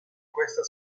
questa